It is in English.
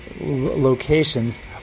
locations